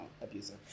abusive